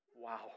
wow